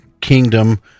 kingdom